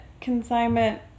Consignment